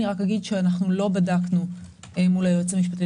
רק אגיד שאנחנו לא בדקנו מול היועץ המשפטי